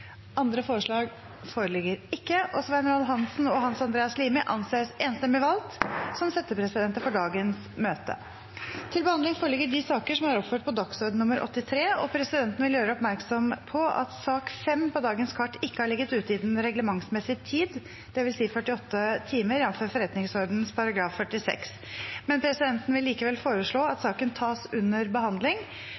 Andre forslag foreligger ikke, og Svein Roald Hansen og Hans Andreas Limi anses enstemmig valgt som settepresidenter for dagens møte. Presidenten vil gjøre oppmerksom på at sak nr. 5 på dagens kart ikke har ligget ute i den reglementsmessige tid, dvs. 48 timer, jf. forretningsordenens § 46. Presidenten vil likevel foreslå at